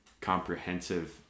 comprehensive